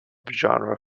genre